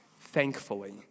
thankfully